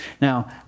Now